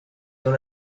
dans